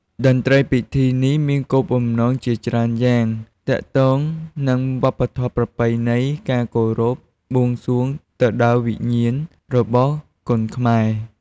តន្ត្រីពិធីនេះមានគោលបំណងជាច្រើនយ៉ាងទាក់ទងនឹងវប្បធម៌ប្រពៃណី ការគោរព បួងសួងទៅដល់វិញ្ញាណរបស់គុនខ្មែរ។